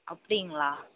அப்படிங்களா